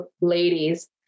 ladies